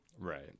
Right